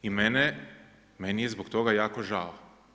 I meni je zbog toga jako žao.